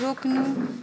रोक्नु